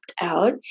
out